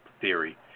theory